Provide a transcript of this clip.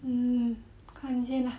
mmhmm 看先 lah